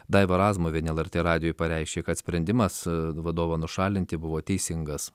daiva razmuvienė lrt radijui pareiškė kad sprendimas vadovą nušalinti buvo teisingas